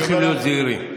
צריכים להיות זהירים.